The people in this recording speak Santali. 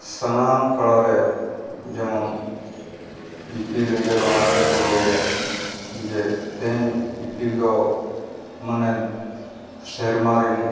ᱥᱟᱱᱟᱢ ᱯᱟᱲᱟᱨᱮ ᱡᱮᱢᱚᱱ ᱤᱯᱤᱞ ᱮᱸᱜᱮᱞ ᱚᱱᱟ ᱛᱮᱠᱚ ᱞᱟᱹᱭᱟ ᱡᱮ ᱛᱮᱦᱤᱧ ᱤᱯᱤᱞ ᱫᱚ ᱢᱟᱱᱮ ᱥᱮᱨᱢᱟ ᱨᱮᱱ